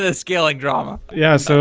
ah scaling drama? yeah. so